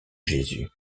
jésus